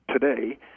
today